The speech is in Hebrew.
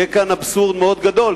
יהיה כאן אבסורד מאוד גדול.